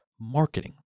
marketing